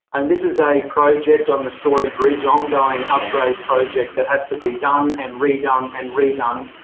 and this is a project on the story bridge, ongoing upgrade project that has to be done and redone and redone,